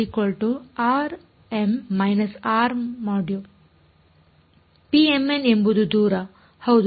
⍴mn ಎಂಬುದು ದೂರ ಹೌದು